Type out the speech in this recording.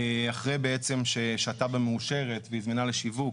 אחרי בעצם שהתב"ע מאושרת והיא זמינה לשיווק,